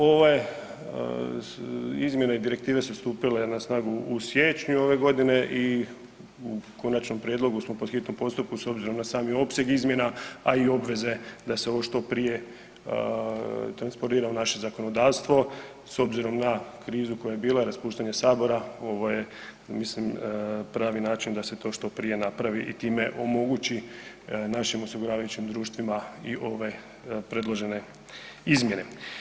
Ove izmjene i direktive su stupile na snagu u siječnju ove godine i u konačnom prijedlogu smo po hitnom postupku s obzirom na sami opseg izmjene, a i obveze da se ovo što prije transpordira u na zakonodavstvo s obzirom na krizu koja je bila i raspuštanje sabora ovo je mislim pravi način da se to što prije napravi i time omogući našim osiguravajućim društvima i ove predložene izmjene.